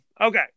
Okay